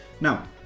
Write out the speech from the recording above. Now